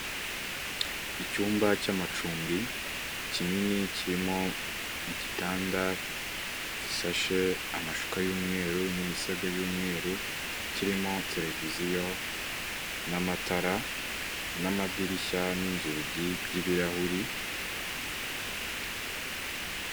Icyumba cy'amacumbi kinini kirimo igitanda gisashe amashuka y'umweru n'imisego y'umweru, kirimo televiziyo, n'amatara, n'amadirishya, n'inzugi by'ibirahuri.